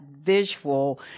visual